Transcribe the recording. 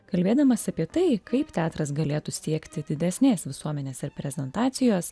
kalbėdamas apie tai kaip teatras galėtų siekti didesnės visuomenės ir prezentacijos